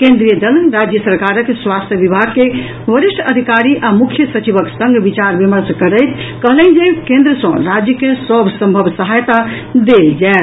केंद्रीय दल राज्य सरकारक स्वास्थ्य विभाग के वरिष्ठ अधिकारी आ मुख्य सचिवक संग विचार विमर्श करैत कहलनि जे केंद्र सँ राज्य के सभ संभव सहायता देल जायत